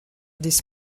this